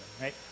right